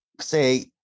say